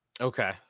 Okay